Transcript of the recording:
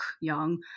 young